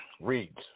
reads